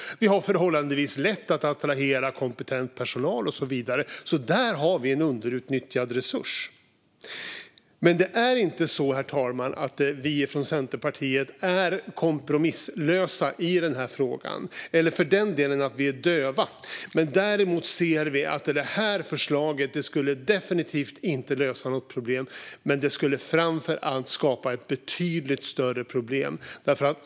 Vi har förhållandevis lätt att attrahera kompetent personal och så vidare. Där har vi en underutnyttjad resurs. Herr talman! Det är inte så att vi från Centerpartiet är kompromisslösa i frågan, eller för den delen att vi är döva. Däremot ser vi att det här förslaget definitivt inte skulle lösa något problem. Det skulle framför allt skapa ett betydligt större problem.